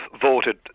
voted